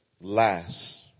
last